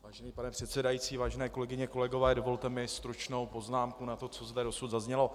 Vážený pane předsedající, vážené kolegyně, kolegové, dovolte mi stručnou poznámku na to, co zde dosud zaznělo.